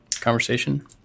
conversation